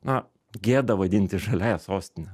na gėda vadintis žaliąja sostine